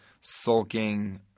sulking